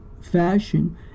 fashion